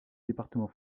département